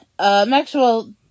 Maxwell